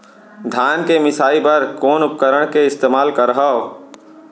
धान के मिसाई बर कोन उपकरण के इस्तेमाल करहव?